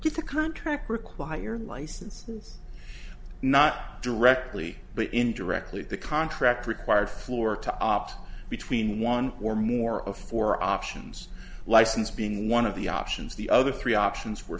if a country require license not directly but indirectly the contract required floor to opt between one or more of four options license being one of the options the other three options